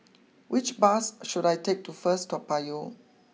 which bus should I take to first Toa Payoh